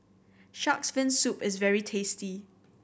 Shark's Fin Soup is very tasty